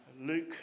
Luke